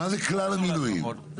מה זה כלל המינויים?